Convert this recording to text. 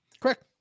Correct